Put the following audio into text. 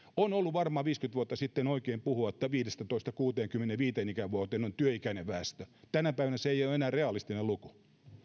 on ollut viisikymmentä vuotta sitten oikein puhua että viidestätoista kuuteenkymmeneenviiteen ikävuoteen on työikäinen väestö mutta tänä päivänä se ei ole enää realistinen luku